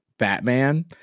batman